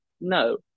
no